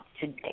today